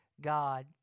God